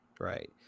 right